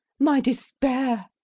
my despair!